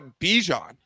Bijan